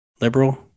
liberal